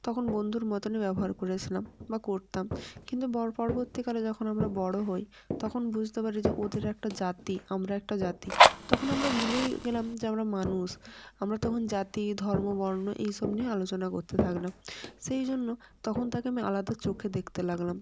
তখন বন্ধুর মতোনই ব্যবহার করেছিলাম বা করতাম কিন্তু পরবর্তীকালে যখন আমরা বড়ো হই তখন বুঝতে পারি যে ওদের একটা জাতি আমরা একটা জাতি তখন আমরা ভুলেই গেলাম যে আমরা মানুষ আমরা তখন জাতি ধর্ম বর্ণ এই সব নিয়েও আলোচনা করতে থাকলাম সেই জন্য তখন তাকে আমি আলাদা চোখে দেখতে লাগলাম